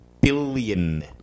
billion